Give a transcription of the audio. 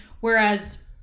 Whereas